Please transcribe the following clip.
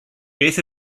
beth